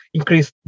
increase